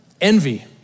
Envy